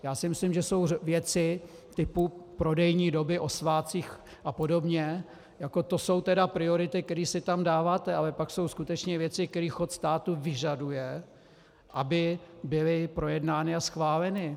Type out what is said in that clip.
Já si myslím, že jsou věci typu prodejní doby o svátcích apod., to jsou priority, které si tam dáváte, ale pak jsou skutečně věci, které chod státu vyžaduje, aby byly projednány a schváleny.